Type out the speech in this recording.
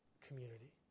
community